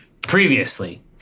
previously